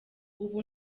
ubu